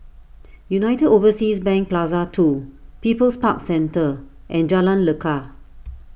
United Overseas Bank Plaza two People's Park Centre and Jalan Lekar